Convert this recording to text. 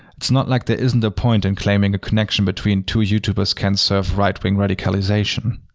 it's not like there isn't a point in claiming a connection between two youtubers can serve right-wing radicalization.